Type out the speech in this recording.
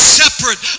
separate